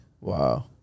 Wow